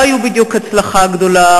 לא היו בדיוק הצלחה גדולה.